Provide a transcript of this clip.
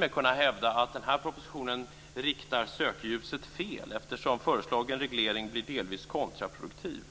Man kan hävda att propositionen riktar sökljuset fel, eftersom föreslagen reglering blir delvis kontraproduktiv.